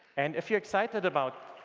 and if you're excited about